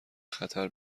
خطر